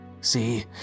See